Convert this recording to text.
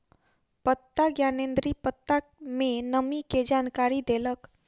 पत्ता ज्ञानेंद्री पत्ता में नमी के जानकारी देलक